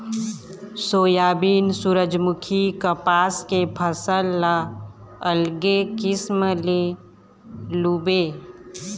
soybean, सूरजमूखी, कपसा के फसल ल अलगे किसम ले लूबे